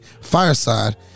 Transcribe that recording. fireside